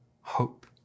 hope